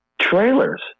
trailers